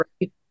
right